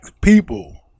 people